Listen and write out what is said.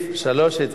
נמנעים, אין.